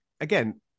again